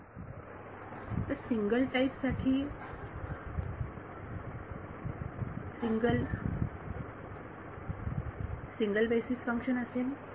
विद्यार्थी तर single type साठी सिंगल बेसीस फंक्शन असेल